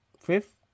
Fifth